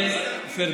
בלעדיהם, איך שכחת?